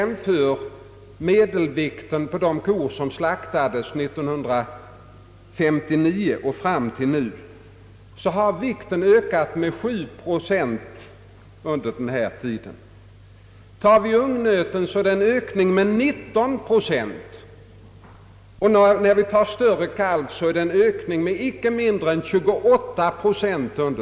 Medelvikten på de kor som slaktats från 1959 fram till nu har ökat med 7 procent. För ungnöt har medelvikten ökat med 19 procent, och vad beträffar större kalv har det under denna period skett en ökning med inte mindre än 28 procent.